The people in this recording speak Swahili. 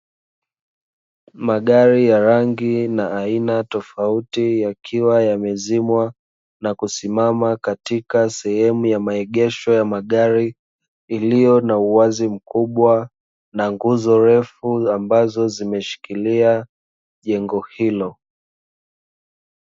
Magari ya rangi na aina tofauti yakiwa yamezimwa na kusimama katika sehemu ya maegesho ya magari, iliyo na uwazi mkubwa na nguzo ndefu zilizoshikilia jengo hilo.